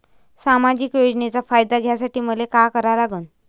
सामाजिक योजनेचा फायदा घ्यासाठी मले काय लागन?